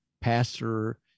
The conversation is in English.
pastor